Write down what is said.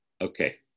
Okay